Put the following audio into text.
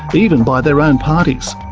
even by their own parties.